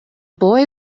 boy